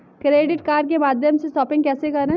Credit card के माध्यम से शॉपिंग कैसे करें?